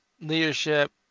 leadership